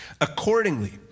Accordingly